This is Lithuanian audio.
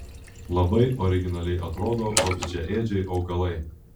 labai originaliai atrodo vabzdžiaėdžiai augalai